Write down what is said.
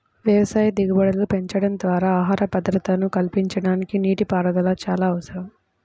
వ్యవసాయ దిగుబడులు పెంచడం ద్వారా ఆహార భద్రతను కల్పించడానికి నీటిపారుదల చాలా అవసరం